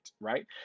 right